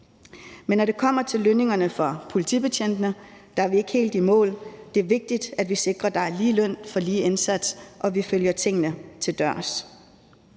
Men når det kommer til lønningerne for politibetjentene, er vi ikke helt i mål. Det er vigtigt, at vi sikrer, at der er lige løn for lige indsats, og at vi følger tingene til dørs.